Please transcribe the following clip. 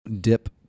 dip